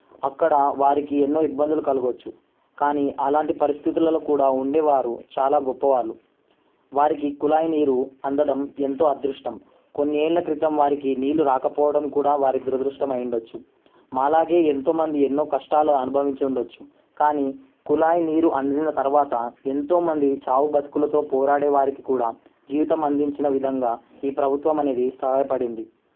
అక్కడ వారికి ఎన్నో ఇబ్బందులు కలగవచ్చు కానీ అలాంటి పరిస్థితులలో కూడా ఉండేవారు చాలా గొప్పవారు వారికి కుళాయి నీరు అందడం ఎంతో అదృష్టం కొన్ని ఏళ్ల క్రితం వారికి నీళ్లు రాకపోవడం కూడా వారి దురదృష్టం అయ్యుండొచ్చు మాలాగే ఎంతో మంది ఎన్నో కష్టాలు అనుభవించి ఉండొచ్చు కానీ కుళాయి నీరు అందిన తర్వాత ఎంతోమంది చావు బతుకులతో పోరాడే వారికి కూడా జీవితం అందించిన విధంగా ఈ ప్రభుత్వము అనేది సహాయపడింది